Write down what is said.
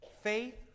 Faith